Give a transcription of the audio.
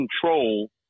control